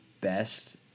best